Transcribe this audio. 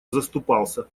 заступался